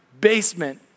basement